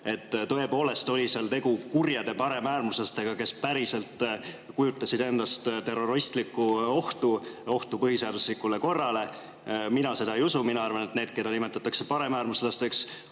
tõepoolest oli seal tegu kurjade paremäärmuslastega, kes päriselt kujutasid endast terrorismiohtu, ohtu põhiseaduslikule korrale. Mina seda ei usu. Mina arvan, et need, keda nimetatakse paremäärmuslasteks,